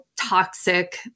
toxic